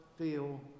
feel